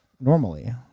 normally